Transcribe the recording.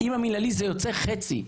עם המינהלי זה יוצא חצי.